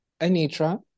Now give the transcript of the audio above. Anitra